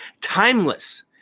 timeless